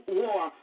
war